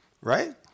right